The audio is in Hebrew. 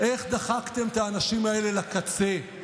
איך דחקתם את האנשים האלה לקצה,